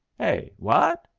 hey? what?